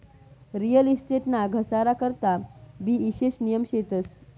real estate ना घसारा करता भी ईशेष नियम शेतस